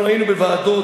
אנחנו היינו בוועדות,